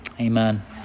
amen